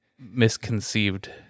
misconceived